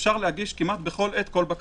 אפשר להגיש כמעט בכל עת כל בקשה.